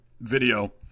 video